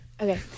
Okay